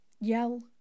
Yell